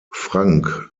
frank